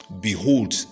behold